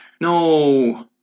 No